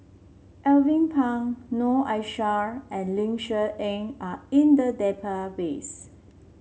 Alvin Pang Noor Aishah and Ling Cher Eng are in the database